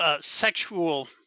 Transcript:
sexual